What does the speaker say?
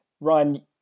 Ryan